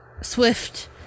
swift